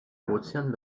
ozean